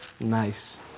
Nice